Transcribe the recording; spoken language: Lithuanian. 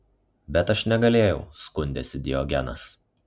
bet aš negalėjau skundėsi diogenas